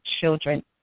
children